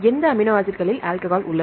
எந்த அமினோ ஆசிட்களில் ஆல்கஹால் உள்ளது